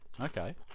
Okay